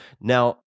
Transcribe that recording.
Now